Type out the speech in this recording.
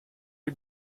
you